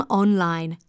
online